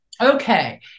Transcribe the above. okay